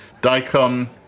daikon